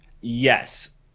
Yes